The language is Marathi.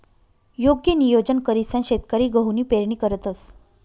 योग्य नियोजन करीसन शेतकरी गहूनी पेरणी करतंस